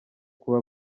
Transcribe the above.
kuba